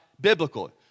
biblical